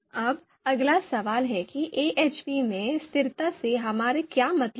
अब अगला सवाल है कि AHP में स्थिरता से हमारा क्या मतलब है